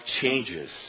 changes